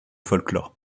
folklore